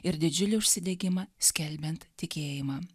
ir didžiulį užsidegimą skelbiant tikėjimą